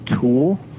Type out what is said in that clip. tool